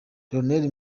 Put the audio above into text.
lionel